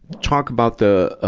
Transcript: talk about the, ah,